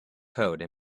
code